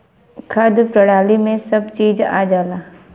खाद्य प्रणाली में सब चीज आ जाला